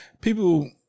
People